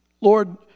Lord